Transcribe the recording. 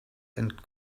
and